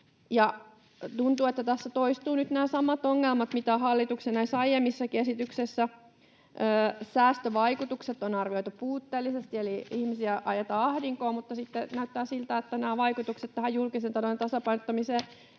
Tuntuu, että tässä toistuvat nyt nämä samat ongelmat kuin näissä hallituksen aiemmissakin esityksissä. Säästövaikutukset on arvioitu puutteellisesti, eli ihmisiä ajetaan ahdinkoon, mutta sitten näyttää siltä, että nämä vaikutukset tähän julkisen talouden tasapainottamiseen